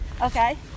Okay